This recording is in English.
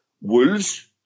Wolves